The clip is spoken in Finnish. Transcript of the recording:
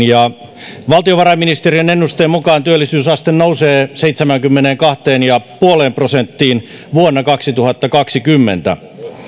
ja valtiovarainministeriön ennusteen mukaan työllisyysaste nousee seitsemäänkymmeneenkahteen pilkku viiteen prosenttiin vuonna kaksituhattakaksikymmentä